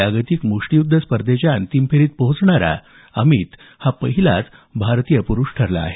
जागतिक म्प्टियुद्ध स्पर्धेच्या अंतिम फेरीत पोहोचणारा अमित हा पहिलाच भारतीय पुरुष ठरला आहे